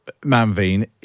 Manveen